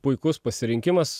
puikus pasirinkimas